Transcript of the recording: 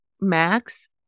Max